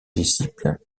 disciple